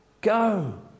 Go